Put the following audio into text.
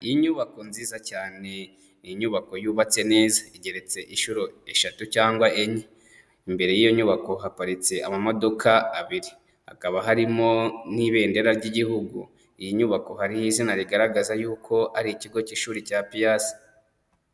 Inyubako nziza cyane, ni inyubako yubatse neza igeretse inshuro eshatu cyangwa enye, imbere y'iyo nyubako haparitse amamodoka abiri, hakaba harimo n'Ibendera ry'Igihugu, iyi nyubako hariho izina rigaragaza yuko ari ikigo cy'ishuri rya PIASS.